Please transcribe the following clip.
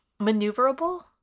Maneuverable